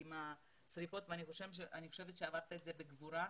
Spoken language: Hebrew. עם השריפות ואני חושבת שעברת את זה בגבורה.